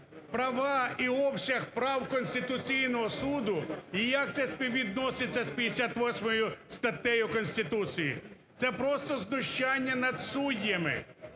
права і обсяг прав Конституційного Суду і як це співвідноситься з 58 статтею Конституції? Це просто знущання над суддями,